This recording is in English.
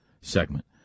segment